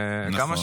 גם אתה מכיר.